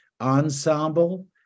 ensemble